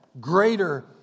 greater